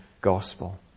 gospel